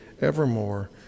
evermore